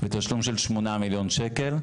בתשלום של 8 מיליון שקלים,